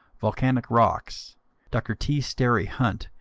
volcanic rocks dr. t. sterry hunt,